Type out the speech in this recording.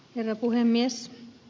herra puhemies